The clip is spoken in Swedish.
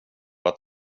att